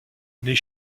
les